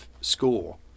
score